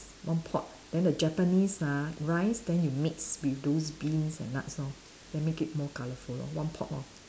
one pot then the Japanese ah rice then you mix with those beans and nuts lor then make it more colourful lor one pot lor